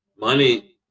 money